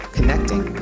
Connecting